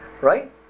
right